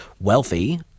wealthy